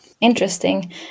interesting